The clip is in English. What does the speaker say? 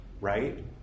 right